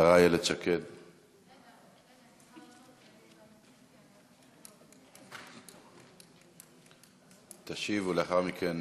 השרה איילת שקד תשיב, ולאחר מכן